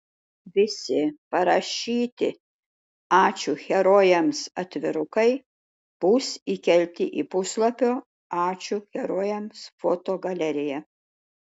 visi parašyti ačiū herojams atvirukai bus įkelti į puslapio ačiū herojams fotogaleriją